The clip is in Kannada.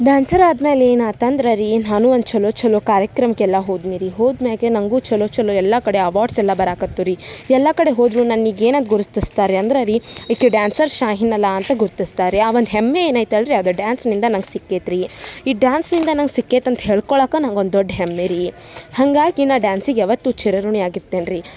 ಡ್ಯಾನ್ಸರ್ ಆದ್ಮೇಲೆ ಏನಾತಂದ್ರೆ ರೀ ನಾನೂ ಒಂದು ಛಲೊ ಛಲೊ ಕಾರ್ಯಕ್ರಮಕ್ಕೆಲ್ಲ ಹೋದ್ನಿ ರೀ ಹೋದ ಮ್ಯಾಗೆ ನನಗೂ ಛಲೊ ಛಲೊ ಎಲ್ಲ ಕಡೆ ಅವಾರ್ಡ್ಸ್ ಎಲ್ಲ ಬರಾಕ್ಕತ್ತು ರೀ ಎಲ್ಲ ಕಡೆ ಹೋದರೂ ನನಗೆ ಏನಂತ ಗುರುತಿಸ್ತಾರೆ ರೀ ಅಂದ್ರೆ ರೀ ಈಕಿ ಡ್ಯಾನ್ಸರ್ ಶಾಹಿನ್ ಅಲ್ವಾ ಅಂತ ಗುರ್ತಿಸ್ತಾರೆ ರಿ ಆ ಒಂದು ಹೆಮ್ಮೆ ಏನೈತಲ್ಲ ರಿ ಅದು ಡ್ಯಾನ್ಸ್ನಿಂದ ನಂಗೆ ಸಿಕ್ಕೈತೆ ರಿ ಈ ಡ್ಯಾನ್ಸ್ನಿಂದ ನಂಗೆ ಸಿಕ್ಕೈತಂತ ಹೇಳ್ಕೊಳಕ್ಕ ನಂಗೊಂದು ದೊಡ್ಡ ಹೆಮ್ಮೆ ರೀ ಹಾಗಾಗಿ ನಾ ಡ್ಯಾನ್ಸಿಗೆ ಯಾವತ್ತೂ ಚಿರಋಣಿಯಾಗಿ ಇರ್ತೇನೆ ರಿ